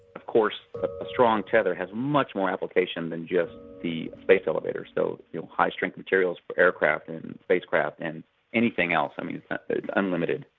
of course a strong tether has much more application than just the space elevator, so you know high strength materials for aircraft and spacecraft and anything else, i mean unlimited.